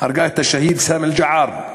הרגה את השהיד סאמי אל-ג'עאר.